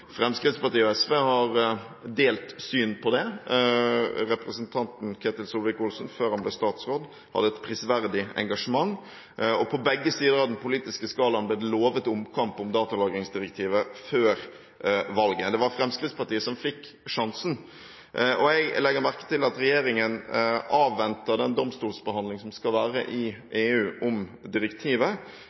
Fremskrittspartiet og SV har delt syn på det. Representanten Ketil Solvik-Olsen, før han ble statsråd, hadde et prisverdig engasjement. På begge sider av den politiske skalaen ble det lovet omkamp om datalagringsdirektivet før valget. Det var Fremskrittspartiet som fikk sjansen. Jeg legger merke til at regjeringen avventer den domstolsbehandlingen som skal være i EU om direktivet,